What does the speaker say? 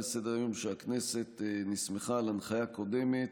לסדר-היום של הכנסת נסמכה על הנחיה קודמת,